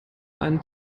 einen